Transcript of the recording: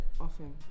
often